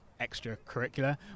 extracurricular